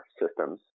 systems